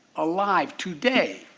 alive today!